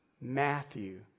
Matthew